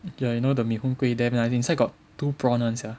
ya you know the mee-hoon-kway damn nice inside got two pranwns [one] sia